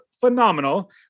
phenomenal